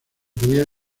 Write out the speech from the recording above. podía